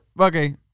Okay